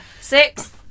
Six